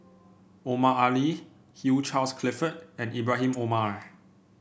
Omar Ali Hugh Charles Clifford and Ibrahim Omar